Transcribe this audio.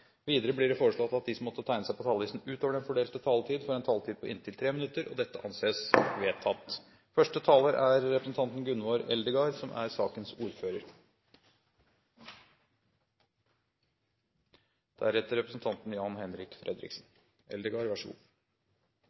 Videre blir det foreslått at de som måtte tegne seg på talerlisten utover den fordelte taletid, får en taletid på inntil 3 minutter. – Det anses vedtatt. Det er